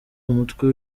umutwe